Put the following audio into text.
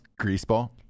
Greaseball